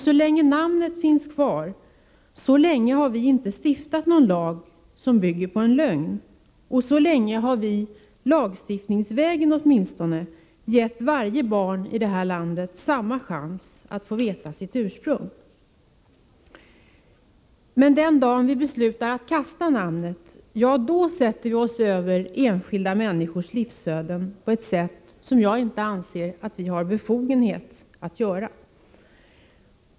Så länge namnet finns kvar, så länge har vi inte stiftat någon lag som bygger på en lögn och så länge har vi lagstiftningsvägen åtminstone givit varje barn i det här landet samma chans att få veta sitt ursprung. Men den dagen vi beslutar att kasta namnet, då sätter vi oss över enskilda människors livsöden på ett sätt som jag inte anser att vi har befogenhet att göra.